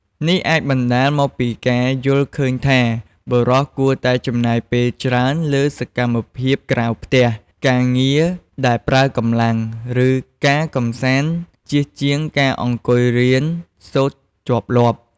នេះអាចបណ្ដាលមកពីការយល់ឃើញថា បុរសគួរតែចំណាយពេលច្រើនលើសកម្មភាពក្រៅផ្ទះ ការងារដែលប្រើកម្លាំង ឬការកម្សាន្តជាជាងការអង្គុយរៀនសូត្រជាប់លាប់។